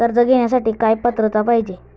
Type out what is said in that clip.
कर्ज घेण्यासाठी काय पात्रता पाहिजे?